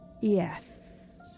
Yes